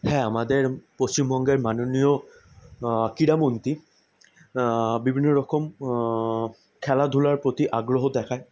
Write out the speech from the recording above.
হ্যাঁ আমাদের পশ্চিমবঙ্গের মাননীয় ক্রীড়ামন্ত্রী বিভিন্ন রকম খেলাধুলার প্রতি আগ্রহ দেখায়